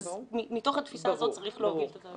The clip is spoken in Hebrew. מתוך התפיסה הזו צריך להוביל את הדברים.